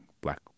black